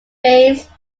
base